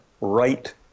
right